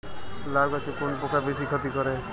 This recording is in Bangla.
লাউ গাছে কোন পোকা বেশি ক্ষতি করে?